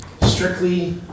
strictly